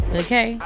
okay